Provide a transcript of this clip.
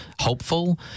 hopeful